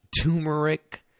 turmeric